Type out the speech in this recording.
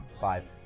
Five